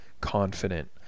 confident